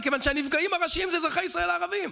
מכיוון שהנפגעים הראשיים זה אזרחי ישראל הערבים.